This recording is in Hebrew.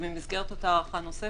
ובמסגרת אותה הארכה נוספת,